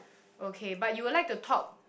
okay but you will like to talk